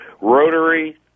Rotary